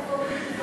איפה מיקי זוהר?